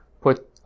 put